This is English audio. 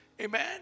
Amen